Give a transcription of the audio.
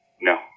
No